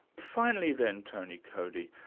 finally then tony coady,